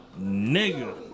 nigga